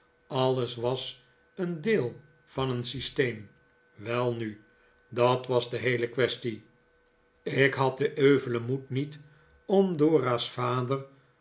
alles was een deel van een systeem welnu dat was de heele kwestie ik had den euvelen moed niet om dora's vader